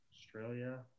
Australia